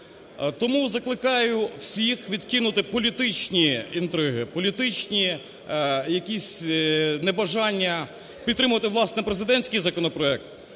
Тому закликаю всіх відкинути політичні інтриги, політичні якісь небажання підтримати, власне, президентський законопроект.